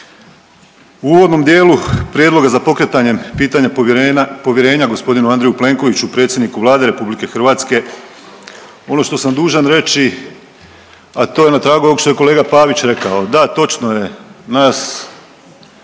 U uvodnom dijelu prijedloga za pokretanjem pitanja povjerenja g. Andreju Plenkoviću, predsjedniku Vlade RH, ono što sam dužan reći, a to je na tragu ovog što je kolega Pavić rekao. Da točno je, nas